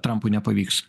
trampui nepavyks